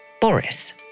Boris